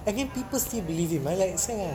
and if people still believe in my legs